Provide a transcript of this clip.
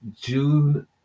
June